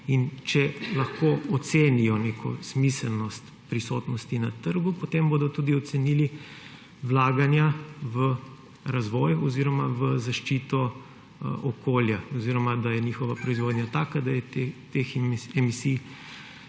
če lahko ocenijo neko smiselnost prisotnosti na trgu, potem bodo tudi ocenili vlaganja v razvoj oziroma v zaščito okolja oziroma da je njihova proizvodnja taka, da je teh emisij